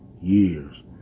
years